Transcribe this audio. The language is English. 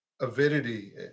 avidity